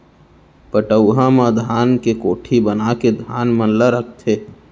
पटउहां म धान के कोठी बनाके धान मन ल रखथें